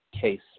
case